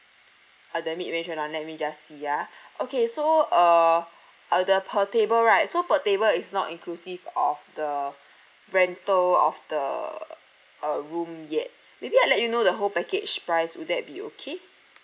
uh the mid range [one] ah let me just see ya okay so uh uh the per table right so per table is not inclusive of the rental of the uh room yet maybe I let you know the whole package price will that be okay